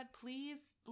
Please